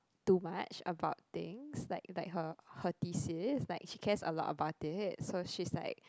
too much about things like like her her thesis like she cares a lot about it so she's like